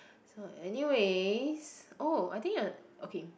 so anyways oh I think uh okay